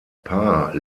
paar